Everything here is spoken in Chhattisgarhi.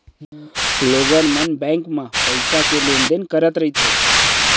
लोगन मन बेंक म पइसा के लेन देन करत रहिथे